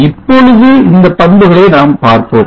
இப்பொழுது இந்த பண்புகளை நாம் பார்ப்போம்